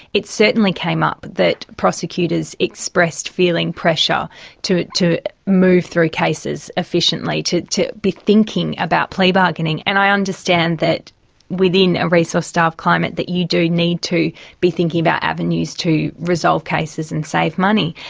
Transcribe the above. it certainly came up that prosecutors expressed feeling pressure to to move through cases efficiently, to to be thinking about plea bargaining, and i understand that within a resource-starved climate that you do need to be thinking about avenues to resolve cases and save money,